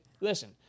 listen